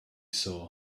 saw